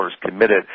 committed